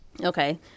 okay